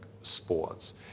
sports